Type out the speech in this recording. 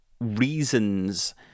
reasons